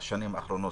המשפט, המזכירויות.